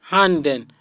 Handen